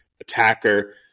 attacker